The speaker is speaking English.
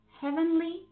Heavenly